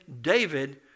David